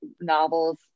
novels